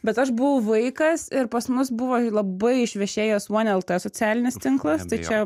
bet aš buvau vaikas ir pas mus buvo labai išvešėjęs uon lt socialinis tinklas tai čia